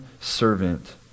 servant